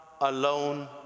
alone